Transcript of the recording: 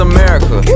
America